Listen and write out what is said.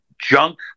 junk